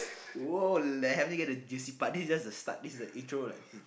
!woah! they haven't get the juicy part this is just the start this is the intro like this is